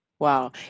Wow